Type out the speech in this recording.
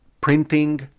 printing